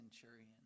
centurion